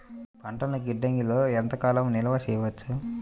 పంటలను గిడ్డంగిలలో ఎంత కాలం నిలవ చెయ్యవచ్చు?